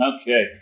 Okay